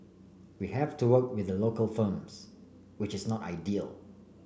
we have to work with the local firms which is not ideal